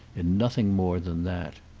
in nothing more than that.